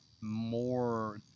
more